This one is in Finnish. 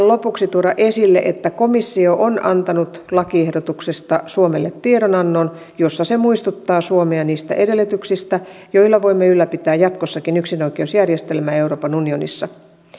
lopuksi tuoda esille että komissio on antanut lakiehdotuksesta suomelle tiedonannon jossa se muistuttaa suomea niistä edellytyksistä joilla voimme ylläpitää jatkossakin yksinoikeusjärjestelmää euroopan unionissa